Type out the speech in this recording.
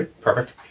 perfect